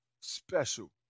special